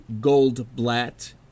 Goldblatt